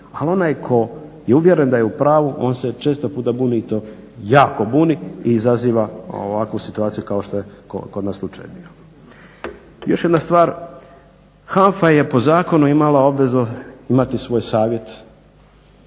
ali onaj ko je uvjeren da je u pravu on se često puta buni i to jako buni i izaziva ovakvu situaciju kako što je kod nas slučaj bio. Još jedna stvar, HANFA je po zakonu imala obvezu imati svoj savjet,